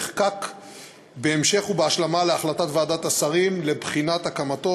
נחקק בהמשך ובהשלמה להחלטת ועדת השרים לבחינת הקמתו